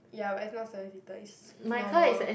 ya but it's not seven seater it's normal